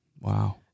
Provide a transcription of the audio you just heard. Wow